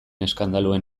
eskandaluen